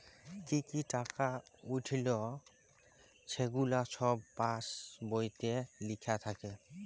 কি কি টাকা উইঠল ছেগুলা ছব পাস্ বইলে লিখ্যা থ্যাকে